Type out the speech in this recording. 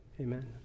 Amen